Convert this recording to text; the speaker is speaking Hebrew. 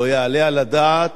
לא יעלה על הדעת